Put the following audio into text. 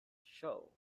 show